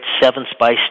seven-spice